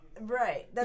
Right